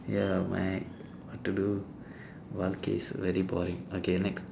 ya mad what to do wild case very boring okay next